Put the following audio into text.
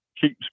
keeps